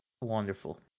Wonderful